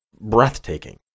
breathtaking